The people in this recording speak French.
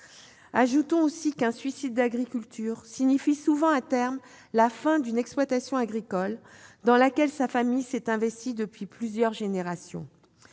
Ajoutons que le suicide d'un agriculteur signifie souvent, à terme, la fin d'une exploitation agricole dans laquelle sa famille s'était investie depuis plusieurs générations.